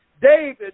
David